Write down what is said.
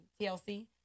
TLC